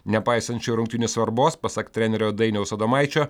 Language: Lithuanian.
nepaisant šių rungtynių svarbos pasak trenerio dainiaus adomaičio